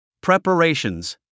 Preparations